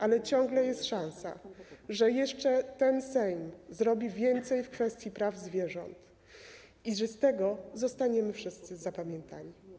Ale ciągle jest szansa, że jeszcze ten Sejm zrobi więcej w kwestii praw zwierząt i że z tego zostaniemy wszyscy zapamiętani.